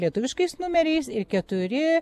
lietuviškais numeriais keturi